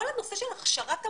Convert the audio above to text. כל הנושא של הכשרת המורים,